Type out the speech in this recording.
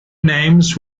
names